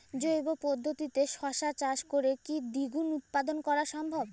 জৈব পদ্ধতিতে শশা চাষ করে কি দ্বিগুণ উৎপাদন করা সম্ভব?